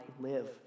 live